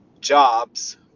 jobs